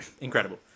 Incredible